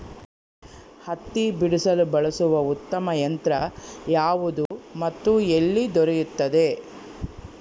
ಹತ್ತಿ ಬಿಡಿಸಲು ಬಳಸುವ ಉತ್ತಮ ಯಂತ್ರ ಯಾವುದು ಮತ್ತು ಎಲ್ಲಿ ದೊರೆಯುತ್ತದೆ?